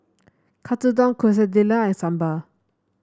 Katsudon Quesadillas and Sambar